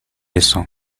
eso